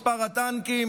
מספר הטנקים,